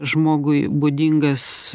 žmogui būdingas